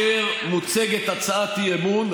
שכאשר מוצגת הצעת אי-אמון,